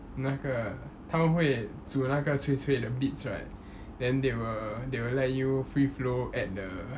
那个他们会煮那个脆脆的 bits right then they will they will let you free flow add the